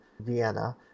Vienna